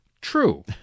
True